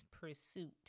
pursuit